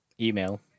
Email